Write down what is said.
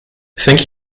thank